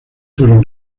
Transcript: fueron